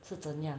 是怎样